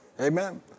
Amen